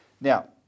Now